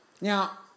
Now